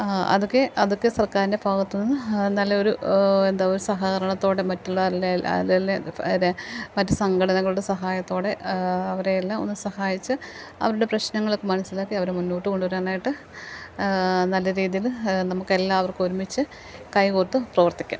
അതൊക്കെ അതൊക്കെ സർക്കാരിൻ്റെ ഭാഗത്തു നിന്ന് നല്ല ഒരു എന്താ ഒരു സഹകരണത്തോടെ മറ്റുള്ള മറ്റു സംഘടനകളുടെ സഹായത്തോടെ അവരെയെല്ലാം ഒന്ന് സഹായിച്ച് അവരുടെ പ്രശ്നങ്ങളൊക്കെ മനസ്സിലാക്കി അവരെ മുന്നോട്ടു കൊണ്ടു വരാനായിട്ട് നല്ല രീതിയിൽ നമുക്കെല്ലാവർക്കും ഒരുമിച്ച് കൈ കോർത്ത് പ്രവർത്തിക്കാം